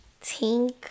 Tink